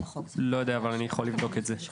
אני לא יודע, אבל אני יכול לבדוק את זה.